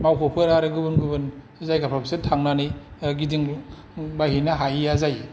office फोर मावख'फोर आरो गुबुन गुबुन जायगाफोराव बिसोरो थांनानै गिदिंबायहैनो हाहैया जायो